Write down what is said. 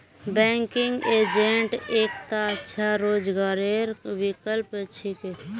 banking agent एकता अच्छा रोजगारेर विकल्प छिके